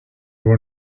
were